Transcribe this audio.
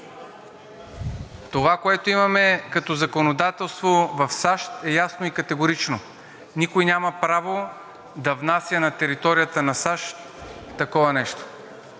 Това, което имаме като законодателство в САЩ, е ясно и категорично. Никой няма право да внася на територията на САЩ такова нещо.